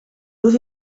luz